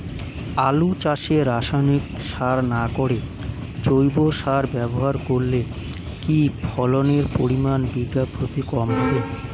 আলু চাষে রাসায়নিক সার না করে জৈব সার ব্যবহার করলে কি ফলনের পরিমান বিঘা প্রতি কম হবে?